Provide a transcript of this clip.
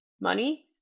money